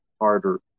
harder